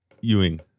Ewing